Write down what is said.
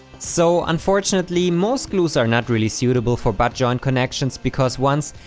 so unfortunately, most glues are not really suitable for butt joint connections because once,